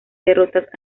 derrotas